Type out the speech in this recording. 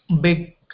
big